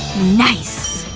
nice.